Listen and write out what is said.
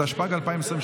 התשפ"ג 2023,